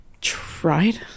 Tried